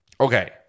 Okay